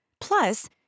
Plus